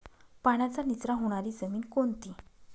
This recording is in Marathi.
पाण्याचा निचरा होणारी जमीन कोणती?